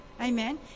amen